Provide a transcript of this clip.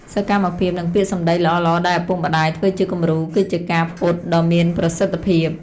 សកម្មភាព និងពាក្យសម្ដីល្អៗដែលឪពុកម្ដាយធ្វើជាគំរូ គឺជាការ «ពត់» ដ៏មានប្រសិទ្ធភាព។